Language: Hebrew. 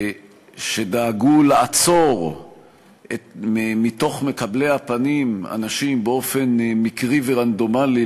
שדאגו לעצור מתוך מקבלי הפנים אנשים באופן מקרי ורנדומלי,